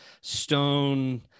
stone